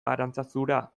arantzazura